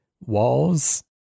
walls